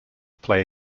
play